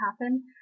happen